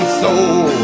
soul